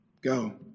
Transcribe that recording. Go